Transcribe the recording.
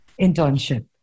internship